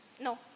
No